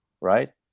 right